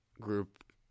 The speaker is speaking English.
group